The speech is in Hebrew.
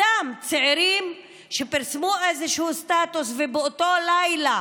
סתם צעירים שפרסמו איזשהו סטטוס ובאותו לילה